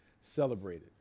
celebrated